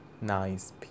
nice